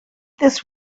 this